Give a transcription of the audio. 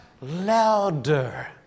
louder